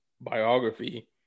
biography